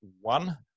one